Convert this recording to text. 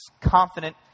Confident